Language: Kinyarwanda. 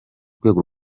rwego